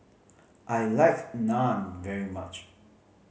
I like Naan very much